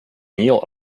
neal